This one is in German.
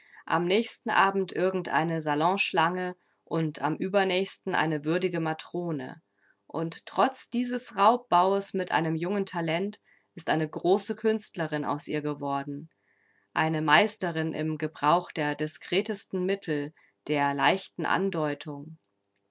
am nächsten abend irgendeine salonschlange und am übernächsten eine würdige matrone und trotz dieses raubbaues mit einem jungen talent ist eine große künstlerin aus ihr geworden eine meisterin im gebrauch der diskretesten mittel der leichten andeutung